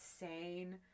insane